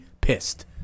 pissed